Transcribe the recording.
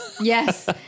Yes